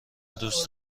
دوست